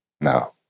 No